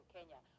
Kenya